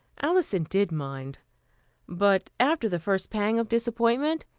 alison did mind but after the first pang of disappointment,